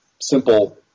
simple